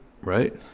Right